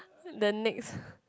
then next